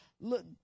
look